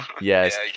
Yes